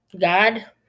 God